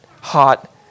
hot